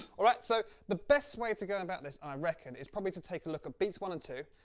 alright, so the best way to go about this i reckon it's probably to take a look at beats one and two,